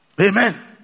Amen